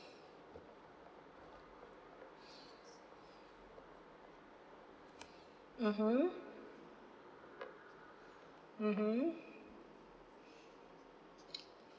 mmhmm mmhmm